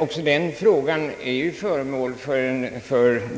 Också den frågan